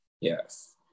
Yes